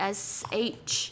sh，